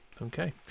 Okay